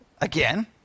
Again